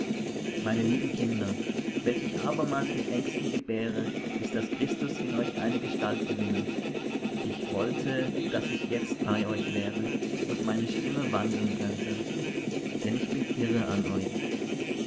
meine lieben kinder welche ich abermals mit ängsten gebäre bis daß christus in euch eine gestalt gewinne ich wollte daß ich jetzt bei euch wäre und meine stimme wandeln könnte denn ich bin irre an euch